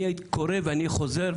אני קורא וחוזר,